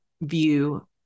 view